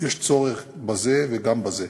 יש צורך בזה וגם בזה.